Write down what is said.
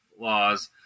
laws